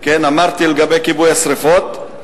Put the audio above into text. אמרתי לגבי כיבוי השרפות,